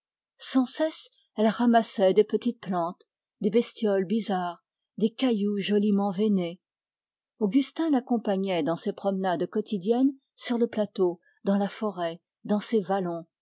elle ramassait des petites plantes des bestioles bizarres des cailloux joliment veinés augustin l'accompagnait dans ces promenades quotidiennes sur le plateau dans la forêt dans les vallons